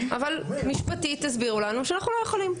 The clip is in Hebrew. אבל משפטית הסבירו לנו שאנחנו לא יכולים.